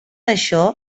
això